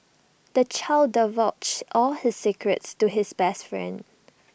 the child divulged all his secrets to his best friend